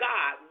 God